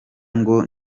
ngo